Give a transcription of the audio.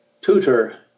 tutor